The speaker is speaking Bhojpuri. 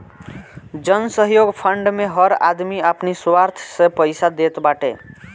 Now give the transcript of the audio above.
जनसहयोग फंड मे हर आदमी अपनी सामर्थ्य से पईसा देत बाटे